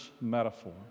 metaphor